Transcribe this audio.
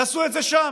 תעשו את זה שם.